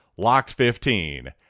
LOCKED15